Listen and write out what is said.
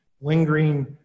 lingering